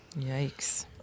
yikes